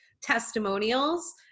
testimonials